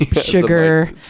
sugar